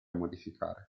modificare